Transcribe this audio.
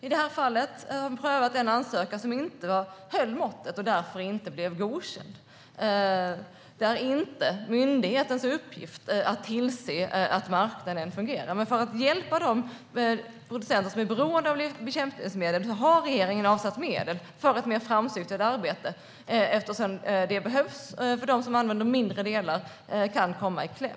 I det här fallet har den prövat en ansökan som inte höll måttet och därför inte blev godkänd. Det är inte myndighetens uppgift att tillse att marknaden fungerar. Men för att hjälpa de producenter som är beroende av bekämpningsmedel har regeringen avsatt medel för ett mer framåtsyftande arbete eftersom de som använder mindre delar kan komma i kläm.